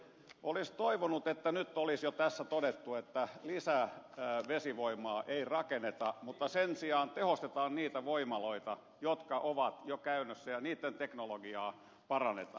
olisi toivonut että nyt olisi jo tässä todettu että lisävesivoimaa ei rakenneta mutta sen sijaan tehostetaan niitä voimaloita jotka ovat jo käytössä ja niitten teknologiaa parannetaan